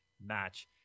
match